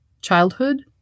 Childhood